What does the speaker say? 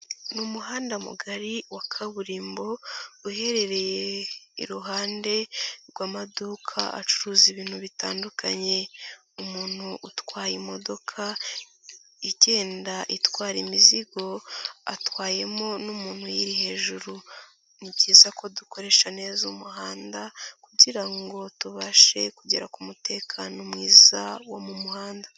Ni umuhanda mugari wa kaburimbo uherereye iruhande rw'amaduka acuruza ibintu bitandukanye, umuntu utwaye imodoka igenda itwara imizigo atwayemo n'umuntu uyiri hejuru, ni byiza ko dukoresha neza umuhanda kugira ngo tubashe kugera ku mutekano mwiza wo mu muhanda.